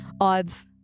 Odds